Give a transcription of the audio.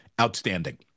outstanding